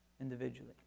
individually